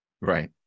Right